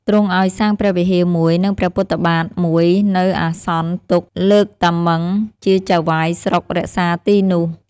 ទ្រង់ឲ្យសាងព្រះវិហារមួយ និងព្រះពុទ្ធ បាទមួយនៅអាសន្នទុក្ខ លើកតាម៊ឹងជាចៅហ្វាយស្រុករក្សាទីនោះ។